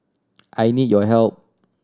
I need your help